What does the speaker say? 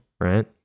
right